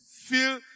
feel